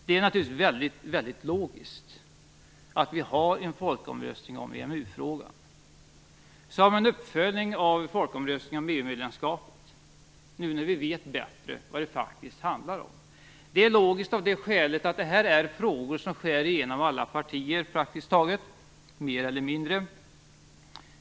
Det är naturligtvis väldigt logiskt att ha en folkomröstning om EMU-frågan som en uppföljning av folkomröstningen om EU-medlemskapet, nu när vi bättre vet vad det faktiskt handlar om. Det är logiskt av det skälet att detta är frågor som skär igenom alla partier mer eller mindre.